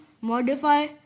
modify